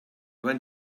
when